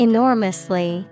Enormously